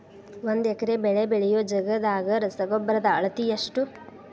ಒಂದ್ ಎಕರೆ ಬೆಳೆ ಬೆಳಿಯೋ ಜಗದಾಗ ರಸಗೊಬ್ಬರದ ಅಳತಿ ಎಷ್ಟು?